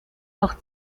auch